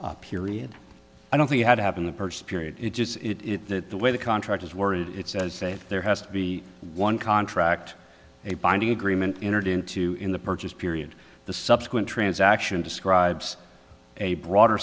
purchase period i don't think it had to happen the person period it is it that the way the contract is worded it says that there has to be one contract a binding agreement entered into in the purchase period the subsequent transaction describes a broader